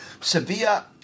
Sevilla